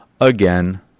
again